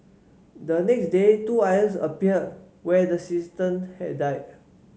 the next day two islands appeared where the sistant had died